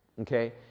Okay